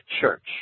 Church